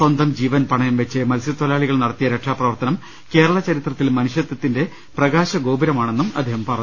സ്വന്തം ജീവൻ പണയം വെച്ച് മത്സ്യത്തൊഴിലാളികൾ നടത്തിയ രക്ഷാപ്രവർത്തനം കേരള ചരിത്രത്തിൽ മനുഷ്യത്തിന്റെ പ്രകാശ ഗോപുരമാണെന്നും അദ്ദേഹം പറഞ്ഞു